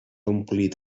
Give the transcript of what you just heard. omplit